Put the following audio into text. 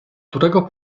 którego